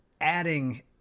adding